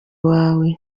wawe